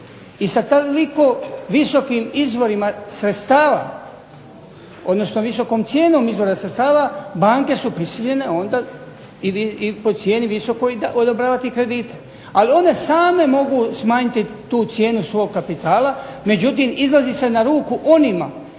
i sa toliko visokim izvorima sredstava odnosno visokom cijenom izvora sredstava banke su prisiljene po cijeni visokoj odobravati kredite. Ali one same mogu smanjiti tu cijenu svog kapitala, međutim izlazi se na ruku onima